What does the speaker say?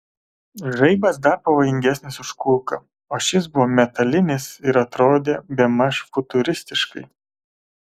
žaibas dar pavojingesnis už kulką o šis buvo metalinis ir atrodė bemaž futuristiškai